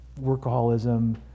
workaholism